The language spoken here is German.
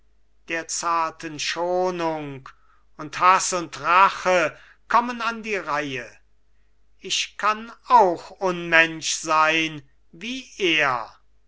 der zarten schonung und haß und rache kommen an die reihe ich kann auch unmensch sein wie er